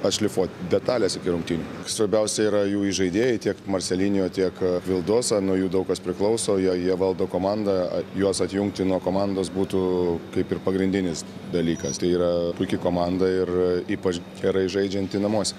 pašlifuot detales iki rungtynių svarbiausia yra jų įžaidėjai tiek marselinijo tiek vildosa nuo jų daug kas priklauso jo jie valdo komandą juos atjungti nuo komandos būtų kaip ir pagrindinis dalykas tai yra puiki komanda ir ypač gerai žaidžianti namuose